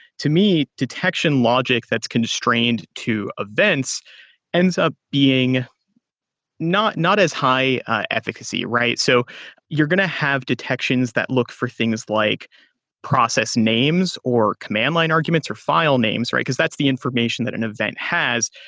to me, detection logic that's constrained to events ends up being not not as high efficacy, right? so you're going to have detections that look for things like process names or command line arguments or filenames, because that's the information that an event has.